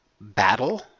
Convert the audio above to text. battle